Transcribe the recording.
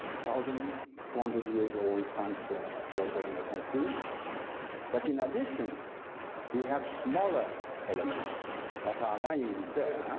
thousand four hundred years old sandstone geopolymer concrete but in addition we have smaller elements that are lying there